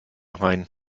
rhein